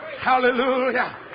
Hallelujah